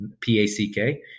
P-A-C-K